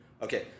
Okay